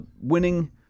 winning